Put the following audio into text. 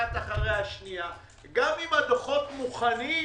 גם אם הדוחות מוכנים,